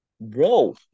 Bro